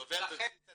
זה עובר בבסיס התקציב.